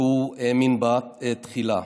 שהאמין בה תחילה,